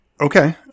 okay